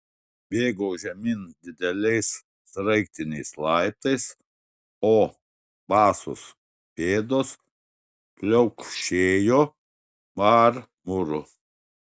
bėgau žemyn dideliais sraigtiniais laiptais o basos pėdos pliaukšėjo marmuru